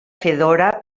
fedora